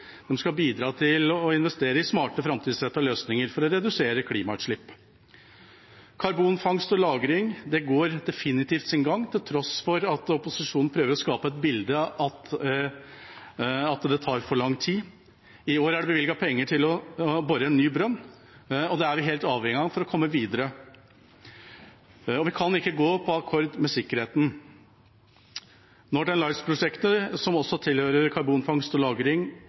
skal bidra til å investere i smarte, framtidsrettede løsninger for å redusere klimautslipp. Karbonfangst og -lagring går definitivt sin gang, til tross for at opposisjonen prøver å skape et bilde av at det tar for lang tid. I år er det bevilget penger til å bore en ny brønn, og det er vi helt avhengig av for å komme videre. Vi kan ikke gå på akkord med sikkerheten. Northern Lights-prosjektet, som også tilhører karbonfangst og